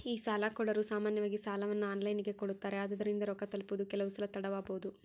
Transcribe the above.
ಈ ಸಾಲಕೊಡೊರು ಸಾಮಾನ್ಯವಾಗಿ ಸಾಲವನ್ನ ಆನ್ಲೈನಿನಗೆ ಕೊಡುತ್ತಾರೆ, ಆದುದರಿಂದ ರೊಕ್ಕ ತಲುಪುವುದು ಕೆಲವುಸಲ ತಡವಾಬೊದು